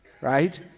Right